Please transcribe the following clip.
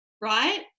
Right